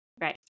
Right